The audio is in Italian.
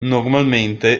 normalmente